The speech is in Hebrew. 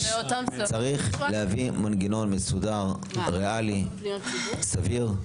צריך להביא מנגנון מסודר, ריאלי, סביר.